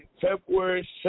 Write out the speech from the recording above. february